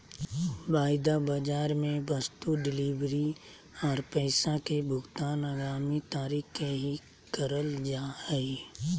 वायदा बाजार मे वस्तु डिलीवरी आर पैसा के भुगतान आगामी तारीख के ही करल जा हय